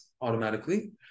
automatically